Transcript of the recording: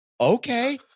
okay